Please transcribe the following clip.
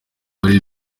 gore